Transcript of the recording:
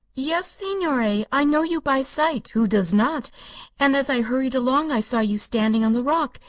yes, signore. i know you by sight who does not and as i hurried along i saw you standing on the rock.